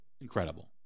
incredible